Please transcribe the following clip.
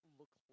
look